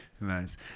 Nice